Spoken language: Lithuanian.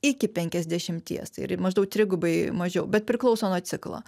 iki penkiasdešimties tai yra maždaug trigubai mažiau bet priklauso nuo ciklo